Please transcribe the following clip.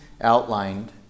outlined